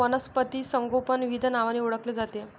वनस्पती संगोपन विविध नावांनी ओळखले जाते